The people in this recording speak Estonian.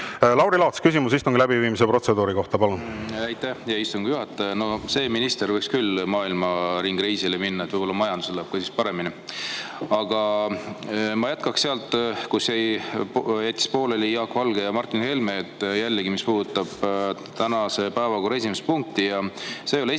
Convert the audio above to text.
Lauri Laats, küsimus istungi läbiviimise protseduuri kohta, palun! Aitäh, hea istungi juhataja! No see minister võiks küll ümbermaailmareisile minna, võib-olla majandusel läheks ka siis paremini. Aga ma jätkan sealt, kus jäid pooleli Jaak Valge ja Martin Helme. Jällegi, see puudutab tänase päevakorra esimest punkti. See ei ole esimest